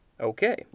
Okay